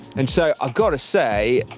and so, i've gotta say,